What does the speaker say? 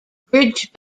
bridge